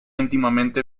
íntimamente